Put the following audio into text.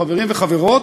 חברים וחברות,